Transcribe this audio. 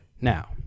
Now